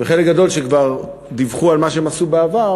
וחלק גדול שכבר דיווחו על מה שהם עשו בעבר,